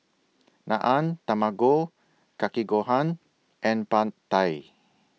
Naan Tamago Kake Gohan and Pad Thai